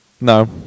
No